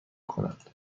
کنند